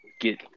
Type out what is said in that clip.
get